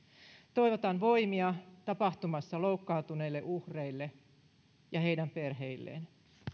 toivotan voimia tapahtumassa loukkaantuneille uhreille ja heidän perheilleen